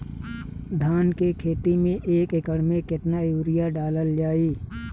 धान के खेती में एक एकड़ में केतना यूरिया डालल जाई?